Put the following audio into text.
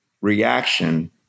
reaction